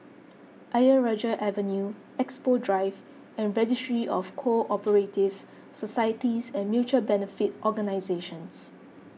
Ayer Rajah Avenue Expo Drive and Registry of Co Operative Societies and Mutual Benefit Organisations